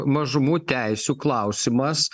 mažumų teisių klausimas